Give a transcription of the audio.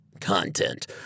Content